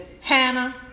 Hannah